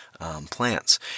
plants